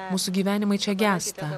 mūsų gyvenimai čia gęsta